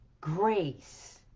grace